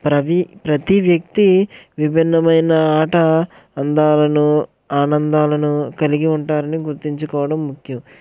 ప్రవీ ప్రతీ వ్యక్తి విభిన్నమైన ఆట అందాలను ఆనందాలను కలిగి ఉంటారని గుర్తించుకోవడం ముఖ్యం